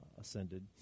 ascended